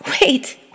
Wait